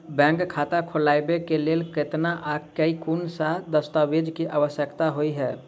Bank खाता खोलबाबै केँ लेल केतना आ केँ कुन सा दस्तावेज केँ आवश्यकता होइ है?